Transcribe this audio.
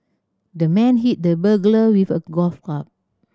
the man hit the burglar with a golf club